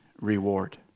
reward